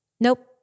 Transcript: nope